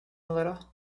little